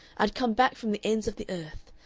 i'd come back from the ends of the earth.